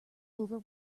over